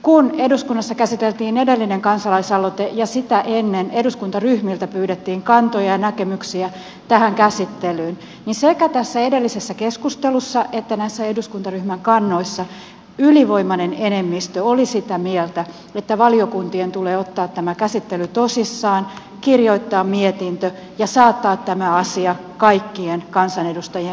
kun eduskunnassa käsiteltiin edellinen kansalaisaloite ja sitä ennen eduskuntaryhmiltä pyydettiin kantoja ja näkemyksiä tähän käsittelyyn niin sekä tässä edellisessä keskustelussa että näissä eduskuntaryhmän kannoissa ylivoimainen enemmistö oli sitä mieltä että valiokuntien tulee ottaa tämä käsittely tosissaan kirjoittaa mietintö ja saattaa tämä asia kaikkien kansanedustajien käsiteltäväksi